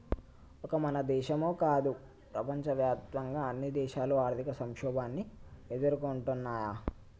ఒక మన దేశమో కాదు ప్రపంచవ్యాప్తంగా అన్ని దేశాలు ఆర్థిక సంక్షోభాన్ని ఎదుర్కొంటున్నయ్యి